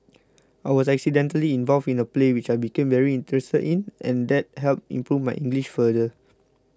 I was accidentally involved in a play which I became very interested in and that helped improve my English further